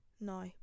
No